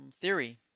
theory